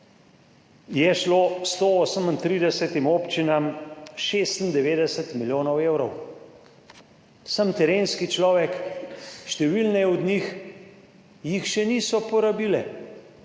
je šlo 138 občinam 96 milijonov evrov. Sem terenski človek. Številne od njih jih še niso porabile.